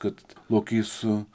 kad lokys su